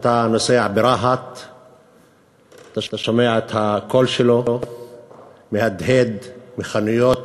כשאתה נוסע ברהט אתה שומע את הקול שלו מהדהד מחנויות,